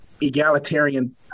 egalitarian